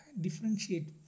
differentiate